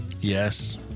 Yes